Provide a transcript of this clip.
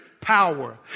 power